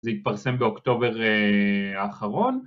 זה התפרסם באוקטובר האחרון